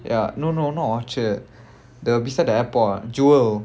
ya no no not orchard the beside the airport jewel